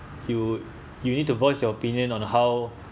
you you need to voice your opinion on how